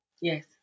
Yes